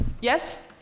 Yes